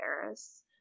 Paris